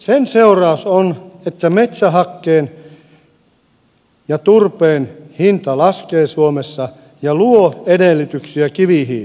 sen seuraus on että metsähakkeen ja turpeen hinta laskee suomessa ja luo edellytyksiä kivihiilelle